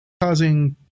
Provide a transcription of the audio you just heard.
Causing